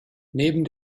neben